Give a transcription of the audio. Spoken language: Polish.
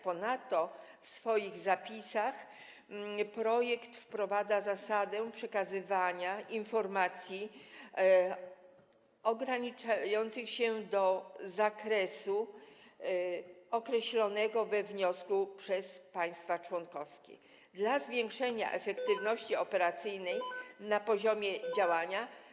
Ponadto w swoich zapisach projekt wprowadza zasadę przekazywania informacji ograniczających się do zakresu określonego we wniosku przez państwa członkowskie dla zwiększenia efektywności operacyjnej na poziomie działania.